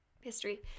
History